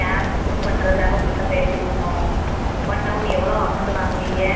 gap book பண்ணுறதுக்காக உங்கள்கிட்ட பேசிகிட்ருக்கோம் அப் அண்ட் டௌன் எவ்வளோ அமௌண்ட் வாங்குவீங்க